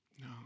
No